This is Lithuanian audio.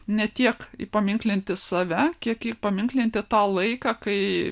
ne tiek įpaminklinti save kiek įpaminklinti tą laiką kai